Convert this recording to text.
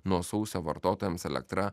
nuo sausio vartotojams elektra